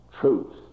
truth